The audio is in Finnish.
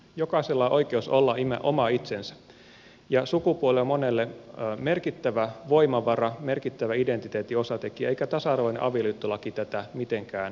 jokaisella on oikeus olla oma itsensä ja sukupuoli on monelle merkittävä voimavara merkittävä identiteetin osatekijä eikä tasa arvoinen avioliittolaki tätä mitenkään häivytä tai vähennä